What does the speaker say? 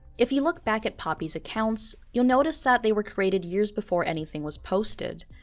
if you look back at poppy's accounts you'll notice that they were created years before anything was posted.